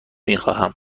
میخواهم